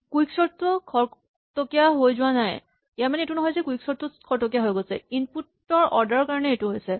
quicksort টো খৰতকীয়া হৈ যোৱা নাই ইনপুট ৰ অৰ্ডাৰ ৰ কাৰণে এইটো হৈছে